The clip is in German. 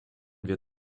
wir